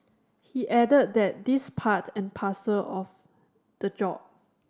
he added that these part and parcel of the job